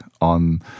on